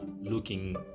looking